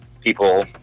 people